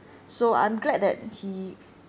so I'm glad that he